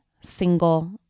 single